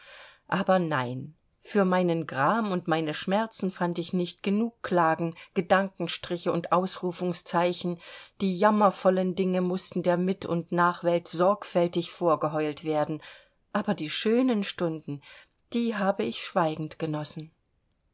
aber nein für meinen gram und meine schmerzen fand ich nicht genug klagen gedankenstriche und ausrufungszeichen die jammervollen dinge mußten der mit und nachwelt sorgfältig vorgeheult werden aber die schönen stunden die habe ich schweigend genossen